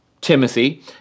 Timothy